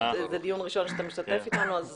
זה דיון ראשון שאתה משתתף איתנו אז